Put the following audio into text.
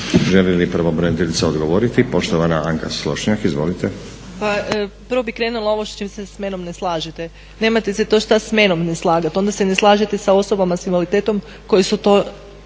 Želi li pravobraniteljica odgovoriti? Poštovana Anka Slonjšak. Izvolite. **Slonjšak, Anka** Pa prvo bih krenula ovo s čim se sa menom ne slažete. Nemate se to šta sa menom ne slagati, onda se ne slažete sa osobama s invaliditetom koje su to